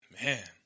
Man